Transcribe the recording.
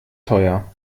teuer